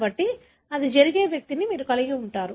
కాబట్టి అది జరిగే వ్యక్తిని మీరు కలిగి ఉండవచ్చు